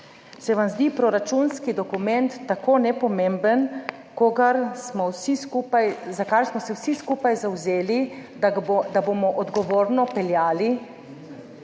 Se vam zdi proračunski dokument tako nepomemben, za kar smo se vsi skupaj zavzeli, da bomo odgovorno peljali